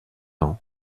ans